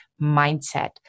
mindset